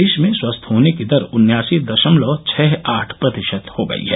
देश में स्वस्थ होने की दर उन्यासी दशमलव छह आठ प्रतिशत हो गई है